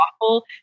awful